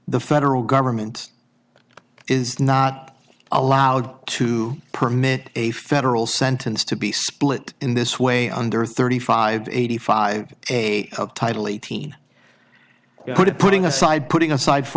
the federal government is not allowed to permit a federal sentence to be split in this way under thirty five eighty five a title eighteen put it putting aside putting aside for